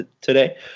today